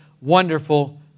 wonderful